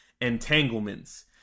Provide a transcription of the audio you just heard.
entanglements